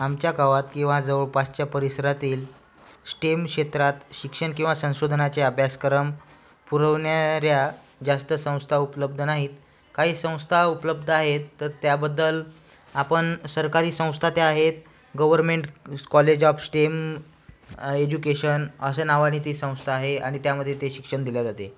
आमच्या गावात किंवा जवळपासच्या परिसरातील श्टेम क्षेत्रात शिक्षण किंवा संशोधनाचे अभ्यासक्रम पुरवणाऱ्या जास्त संस्था उपलब्ध नाहीत काही संस्था उपलब्ध आहेत तर त्याबद्दल आपण सरकारी संस्था त्या आहेत government college of STEM education असे नावाने ती संस्था आहे आणि त्यामध्ये ते शिक्षण दिले जाते